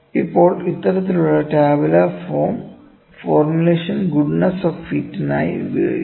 ഇപ്പോൾ ഇത്തരത്തിലുള്ള tabular form formulation goodness of ഹിറ്റിനായി ഉപയോഗിക്കുന്നു